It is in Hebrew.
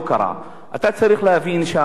אתה צריך להבין שהמקומות הקדושים,